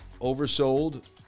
oversold